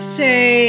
say